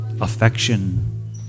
affection